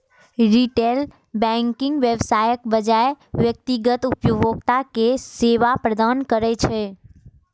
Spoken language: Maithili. रिटेल बैंकिंग व्यवसायक बजाय व्यक्तिगत उपभोक्ता कें सेवा प्रदान करै छै